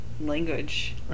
language